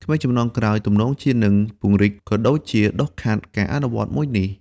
ក្មេងជំនាន់ក្រោយទំនងជានឹងពង្រីក ក៏ដូចជាដុសខាត់ការអនុវត្តមួយនេះ។